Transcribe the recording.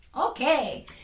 Okay